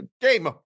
Game